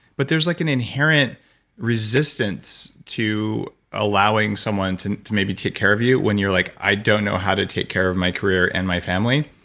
but there's like an inherent resistance to allowing someone to to maybe take care of you when you're like, i don't know how to take care of my career and my family.